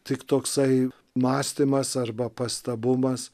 tik toksai mąstymas arba pastabumas